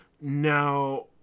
Now